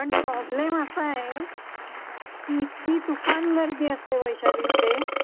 पण प्रॉब्लेम असा आहे की इतकी तुफान गर्दी असते वैशालीमध्ये